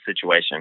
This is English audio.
situation